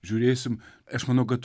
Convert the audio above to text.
žiūrėsim eš manau kad